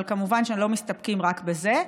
אבל כמובן שלא מסתפקים רק בזה,